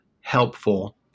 helpful